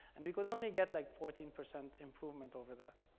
and we could only get like fourteen percent improvement over that.